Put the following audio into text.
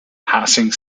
passing